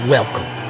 Welcome